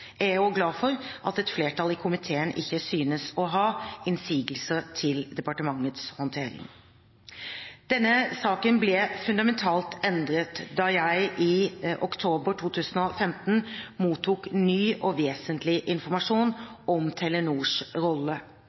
Jeg er også glad for at et flertall i komiteen ikke synes å ha innsigelser til departementets håndtering. Denne saken ble fundamentalt endret da jeg i oktober 2015 mottok ny og vesentlig informasjon om Telenors rolle.